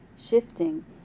shifting